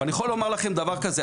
אבל אני יכול לומר לכם דבר כזה,